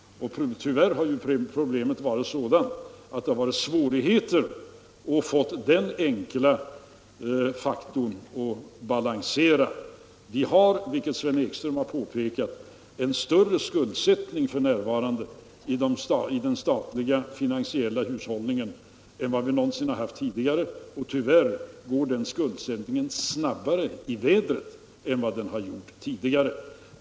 Och tyvärr har problemet varit att det har uppstått svårigheter att få utgifter och inkomster att balansera. Vi har — vilket Sven Ekström har påpekat — en större skuldsättning f.n. i den statliga finansiella hushållningen än vad vi någonsin tidigare haft, och tyvärr går den skuldsättningen snabbare i vädret än vad den gjort tidigare.